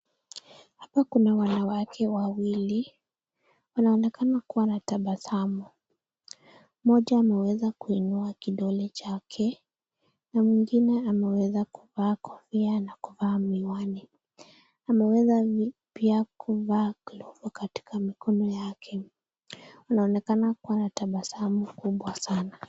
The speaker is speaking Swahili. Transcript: Huku kuna wanawake wawili, wanaonekana kuwa na tabasamu , moja ameweza kuinua kide chake. Na mwingine ameweza kuvaa kofia na kuvaa miwani . Ameweza kuvaa glovu katika mikono yake. Anaonekana kuwa na tabasamu kubwa sana.